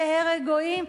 להרג גויים,